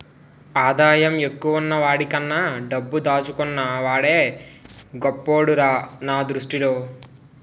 ఆదాయం ఎక్కువున్న వాడికన్నా డబ్బు దాచుకున్న వాడే గొప్పోడురా నా దృష్టిలో